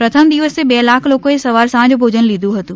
પ્રથમ દિવસે બે લાખ લોકોએ સવાર સાંજ ભોજન લીધું હતું